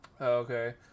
okay